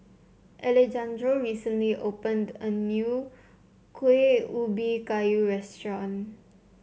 Alejandro recently opened a new Kuih Ubi Kayu restaurant